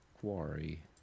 quarry